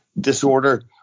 disorder